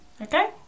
Okay